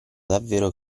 davvero